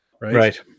Right